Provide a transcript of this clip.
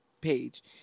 page